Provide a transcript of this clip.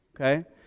Okay